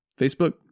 Facebook